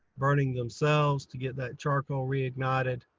burning themselves, to get that charcoal reignited.